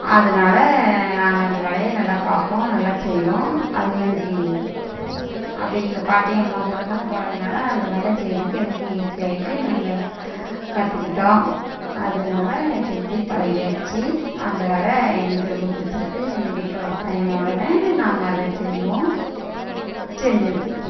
அதனால நாங்கள் அந்த வேலையை நல்லா பார்ப்போம் நல்லாச் செய்வோம் அது எனக்கு அப்படி எங்கள் பாட்டியம்மா கூடலாம் போனதுனால அந்த வேலை செய்கிறதுக்கு எனக்கு ஈஸியாகிட்டு நாங்கள் கற்றுக்கிட்டோம் அதனால் செஞ்சு பழகியாச்சு அந்த வேலை எங்களுக்கு ரொம்ப பிடிச்சிருக்கு வீட்டில் விவசாயம்ன உடனே நாங்கள் அதை செய்வோம் செஞ்சுருக்கு